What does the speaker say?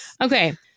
Okay